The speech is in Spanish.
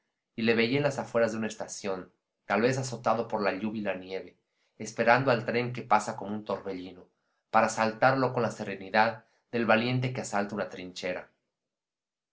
y le veía en las afueras de una estación tal vez azotado por la lluvia y la nieve esperando el tren que pasa como un torbellino para asaltarlo con la serenidad del valiente que asalta una trinchera